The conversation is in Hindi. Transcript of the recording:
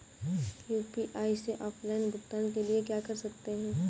यू.पी.आई से ऑफलाइन भुगतान के लिए क्या कर सकते हैं?